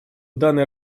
данный